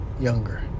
younger